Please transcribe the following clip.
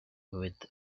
with